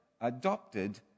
adopted